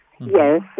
Yes